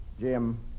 Jim